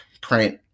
print